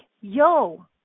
yo